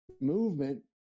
movement